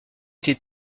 été